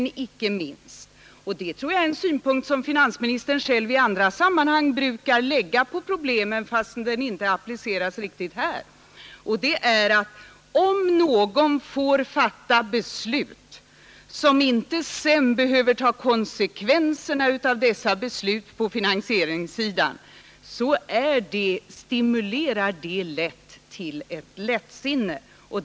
Sist men icke minst vill jag anföra en synpunkt som finansministern själv i andra sammanhang brukar lägga på problemen, fastän han inte applicerat den här, nämligen att om någon får fatta beslut men sedan inte behöver ta konsekvenserna på finansieringssidan, så stimulerar detta ofta till ett lättsinne.